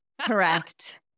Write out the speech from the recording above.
Correct